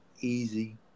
easy